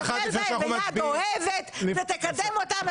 אחת לפני שאנחנו מצביעים ------ ביד אוהבת ותקדם אותם.